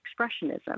expressionism